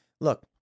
Look